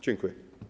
Dziękuję.